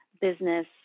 business